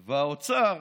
והאוצר,